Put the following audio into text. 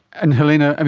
and helena, and